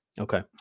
Okay